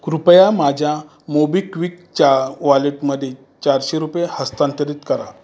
कृपया माझ्या मोबिक्विकच्या वॉलेटमध्ये चारशे रुपये हस्तांतरित करा